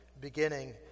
beginning